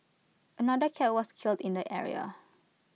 another cat was killed in the area